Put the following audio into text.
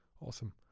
awesome